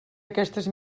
aquestes